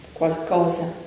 qualcosa